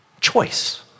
choice